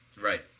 Right